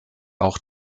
auch